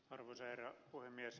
arvoisa herra puhemies